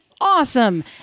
awesome